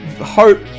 Hope